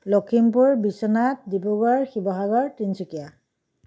Lakhimpur Biswanath Dibrugarh Sivasagar Tinsukia